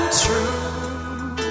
true